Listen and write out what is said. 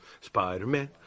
Spider-Man